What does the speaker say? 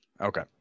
okay